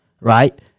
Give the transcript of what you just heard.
right